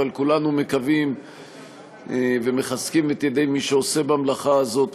אבל כולנו מקווים ומחזקים את ידי מי שעושה במלאכה הזאת,